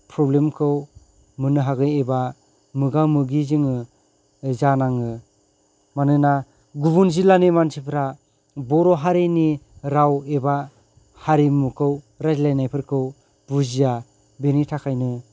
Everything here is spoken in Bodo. फ्रब्लेमखौ मोननो हागोयो एबा मोगा मोगि जोङो जानांङो मानोना गुबुन जिल्लानि मानसिफ्रा बर' हारिनि राव एबा हारिमुखौ रायज्लायनायफोरखौ बुजिया बेनि थाखायनो